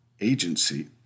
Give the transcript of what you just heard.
agency